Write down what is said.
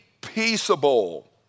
peaceable